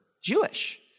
Jewish